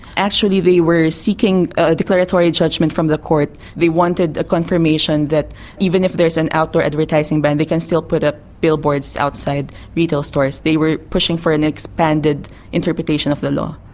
actually they were seeking a declaratory judgement from the court. they wanted a confirmation that even if there is an outdoor advertising ban they can still put up billboards outside retail stores. they were pushing for an expanded interpretation of the law.